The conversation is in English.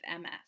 ms